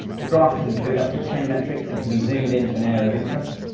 the graph can include up to ten metrics and can be zoomed in to an area of interest.